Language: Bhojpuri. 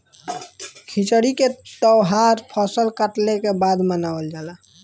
खिचड़ी के तौहार फसल कटले के बाद मनावल जाला